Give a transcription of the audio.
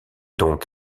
donc